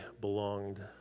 belonged